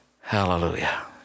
Hallelujah